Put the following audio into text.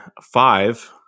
five